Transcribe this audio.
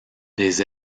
des